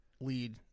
lead